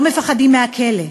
לא מפחדים מהכלא.